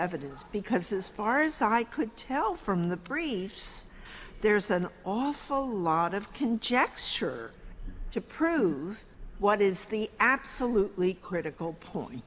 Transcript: evidence because as far as i could tell from the briefs there's an awful lot of conjecture to prove what is the absolutely critical point